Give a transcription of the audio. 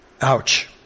Ouch